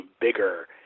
bigger